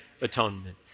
atonement